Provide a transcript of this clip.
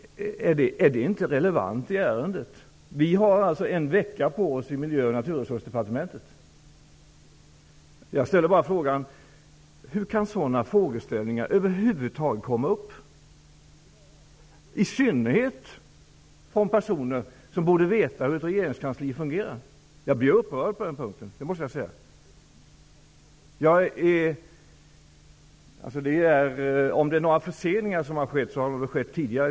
Är inte detta relevant i ärendet? Vi har alltså en vecka på oss i Miljö och naturresursdepartementet. Jag ställer bara frågan: Hur kan sådana frågeställningar över huvud taget komma upp? Det är i synnerhet märkligt när de kommer från personer som borde veta hur ett regeringskansli fungerar. Jag måste säga att jag blir upprörd. Förseningar har inte skett under den här regeringens tid. Om de har skett har de skett tidigare.